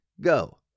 Go